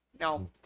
no